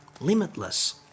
Limitless